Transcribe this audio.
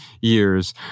years